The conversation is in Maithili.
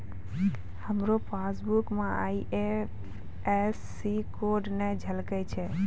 हमरो पासबुक मे आई.एफ.एस.सी कोड नै झलकै छै